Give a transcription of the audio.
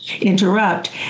interrupt